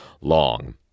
long